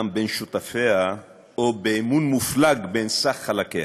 בין שותפיה או באמון מופלג בין סך חלקיה,